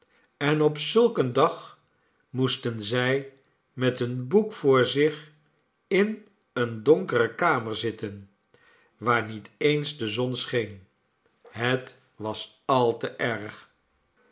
en op zulk een dag moesten zij met een boek voor zich in eene donkere kamer zitten waar niet eens de zon scheen het was al te erg